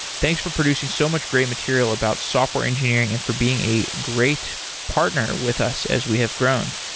thanks for producing so much great material about software engineering and for being a great partner with us as we have grown.